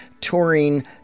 touring